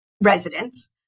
residents